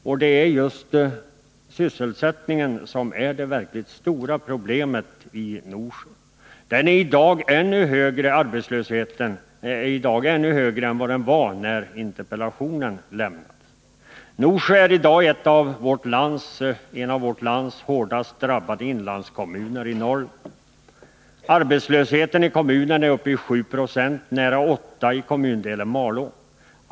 Och det är just bristen på sysselsättning som är det verkligt stora problemet i Norsjö. Arbetslösheten där är ännu högre i dag än vad den var när interpellationen lämnades. Norsjö är en av våra hårdast drabbade inlandskommuner i Norrland. Arbetslösheten i kommunen är uppe i 7 90 och nära 8 20 i kommundelen Malå.